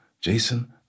Jason